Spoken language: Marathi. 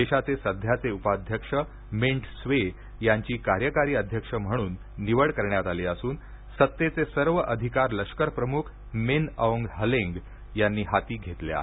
देशाचे सध्याचे उपाध्यक्ष मिंट स्वे यांची कार्यकारी अध्यक्ष म्हणून निवड करण्यात आली असून सत्तेचे सर्व अधिकार लष्करप्रमुख मिन औंग हलेंग यांनी हाती घेतले आहेत